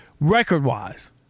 record-wise